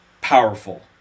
powerful